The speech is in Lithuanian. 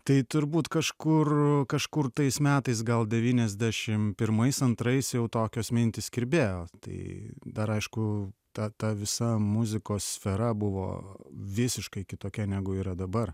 tai turbūt kažkur kažkur tais metais gal devyniasdešimt pirmais antrais jau tokios mintys kirbėjo tai dar aišku ta ta visa muzikos sfera buvo visiškai kitokia negu yra dabar